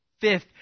Fifth